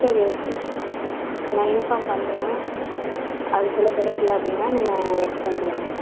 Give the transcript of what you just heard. சரி ஓகே நான் இன்ஃபார்ம் பண்ணுறேன் அதுக்குள்ளே கிடைக்கல அப்படின்னா நீங்கள் எடுத்துகிட்டு வந்துவிடுங்க